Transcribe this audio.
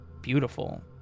beautiful